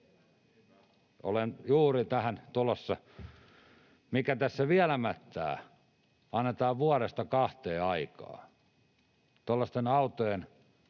Olen juuri tähän tulossa: mikä tässä vielä mättää? Annetaan vuodesta kahteen aikaa.